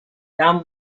down